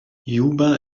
juba